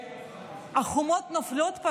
והחומות פשוט נופלות,